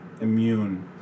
immune